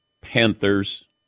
Panthers